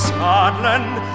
Scotland